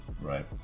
right